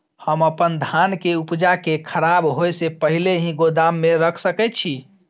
हम अपन धान के उपजा के खराब होय से पहिले ही गोदाम में रख सके छी?